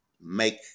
make